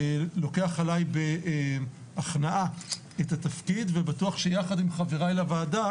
אני לוקח עליי בהכנעה את התפקיד ובטוח שיחד עם חבריי לוועדה